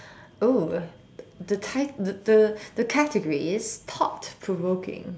!woo! the type the the the category is thought provoking